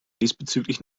diesbezüglich